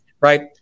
right